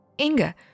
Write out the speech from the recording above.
Inga